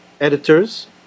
editors